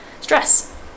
stress